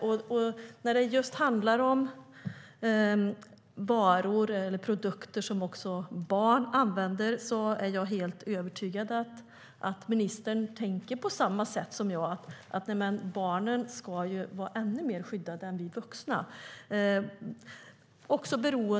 Jag är helt övertygad om att ministern tänker på samma sätt som jag när det handlar om just varor eller produkter som barn använder. Barnen ska vara ännu mer skyddade än vi vuxna.